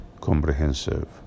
comprehensive